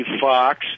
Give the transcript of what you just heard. Fox